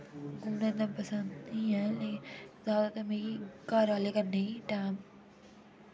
उनें ते पसन्द निं ऐ जैदा ते मिगी घर आह्ले कन्नै टैम